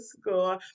school